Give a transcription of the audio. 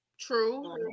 True